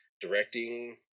directing